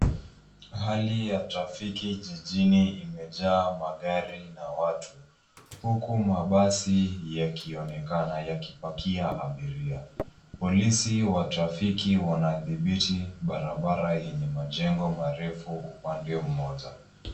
Hali ya trafiki jijini imejaa magari na watu, huku mabasi yakionekana yakipakia abiria. Polisi wa trafiki wanadhibiti barabara yenye majengo marefu upande mmoja.